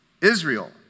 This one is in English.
Israel